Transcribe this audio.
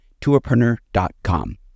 tourpreneur.com